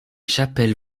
chapelles